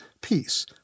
peace